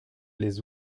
les